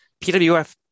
PWF